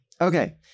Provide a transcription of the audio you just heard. Okay